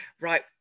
right